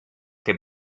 que